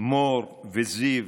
מור וזיו,